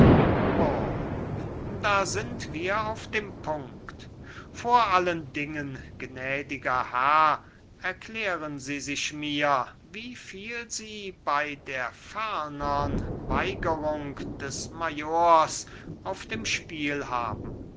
da sind wir auf dem punkt vor allen dingen gnädiger herr erklären sie sich mir wie viel sie bei der ferneren weigerung des majors auf dem spiel haben in